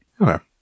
Okay